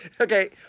Okay